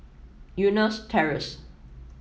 Eunos Terrace